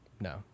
No